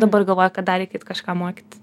dabar galvoju kad dar reik eit kažką mokyti